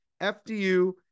FDU